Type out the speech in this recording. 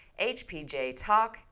hpjtalk